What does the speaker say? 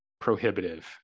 prohibitive